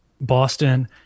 Boston